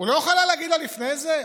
הוא לא יכול היה להגיד לה לפני זה?